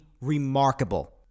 remarkable